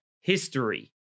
history